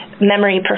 memory